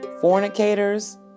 Fornicators